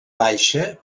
baixa